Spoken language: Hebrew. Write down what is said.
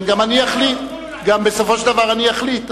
גם בסופו של דבר אני אחליט,